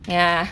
ya